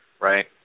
right